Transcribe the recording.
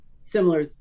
similar